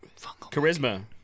Charisma